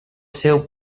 seu